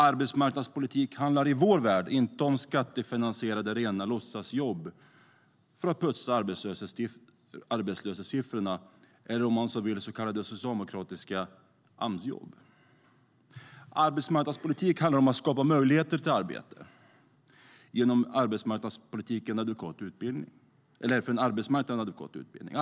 Arbetsmarknadspolitik handlar i vår värld inte om skattefinansierade rena låtsasjobb för att putsa arbetslöshetssiffrorna - eller, om man så vill, så kallade socialdemokratiska Amsjobb.Arbetsmarknadspolitik handlar om att skapa möjligheter till arbete genom för arbetsmarknaden adekvat utbildning.